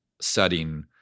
setting